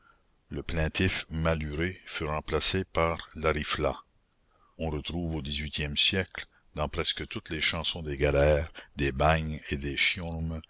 le plaintif maluré fut remplacé par larifla on retrouve au dix-huitième siècle dans presque toutes les chansons des galères des bagnes et des